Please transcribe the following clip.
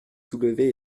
soulevez